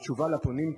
בתשובה לפונים,